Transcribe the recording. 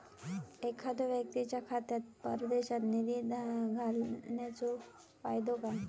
एखादो व्यक्तीच्या खात्यात परदेशात निधी घालन्याचो फायदो काय?